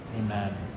Amen